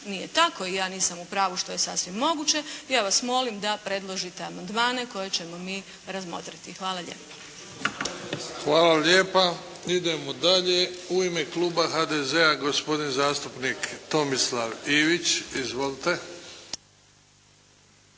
nije tako i ja nisam u pravu što je sasvim moguće ja vas molim da predložite amandmane koje ćemo mi razmotriti. Hvala lijepo. **Bebić, Luka (HDZ)** Hvala lijepa. Idemo dalje. U ime kluba HDZ-a gospodin zastupnik Tomislav Ivić. Izvolite.